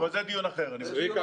אבל זה דיון אחר, אני מבין.